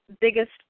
biggest